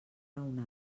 raonable